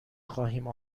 خواهیم